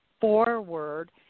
forward